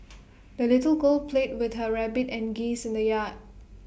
the little girl played with her rabbit and geese in the yard